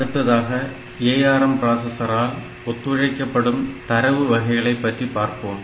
அடுத்ததாக ARM பிராசஸரால் ஒத்துழைக்கப்படும் தரவு வகைகளைப் பற்றி பார்ப்போம்